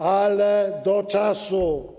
Ale do czasu.